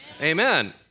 Amen